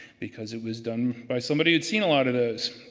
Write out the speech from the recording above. because it was done by somebody who'd seen a lot of those,